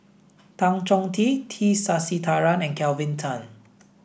Tan Chong Tee T Sasitharan and Kelvin Tan